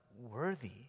worthy